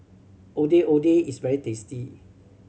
Ondeh Ondeh is very tasty